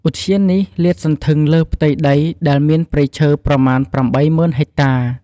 ឧទ្យាននេះលាតសន្ធឹងលើផ្ទៃដីដែលមានព្រៃឈើប្រមាណ៨ម៉ឺនហិចតា។